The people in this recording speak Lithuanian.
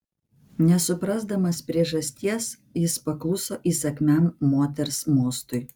nesuprasdamas priežasties jis pakluso įsakmiam moters mostui